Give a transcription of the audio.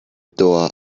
door